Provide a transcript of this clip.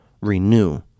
renew